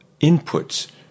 inputs